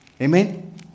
Amen